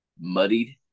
muddied